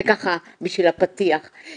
זה ככה, בשביל הפתיח.